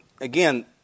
again